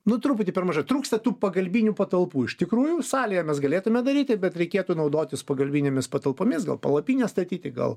nu truputį per maža trūksta tų pagalbinių patalpų iš tikrųjų salėje mes galėtume daryti bet reikėtų naudotis pagalbinėmis patalpomis gal palapines statyti gal